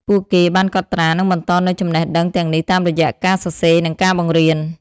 ពួកគេបានកត់ត្រា និងបន្តនូវចំណេះដឹងទាំងនេះតាមរយៈការសរសេរ និងការបង្រៀន។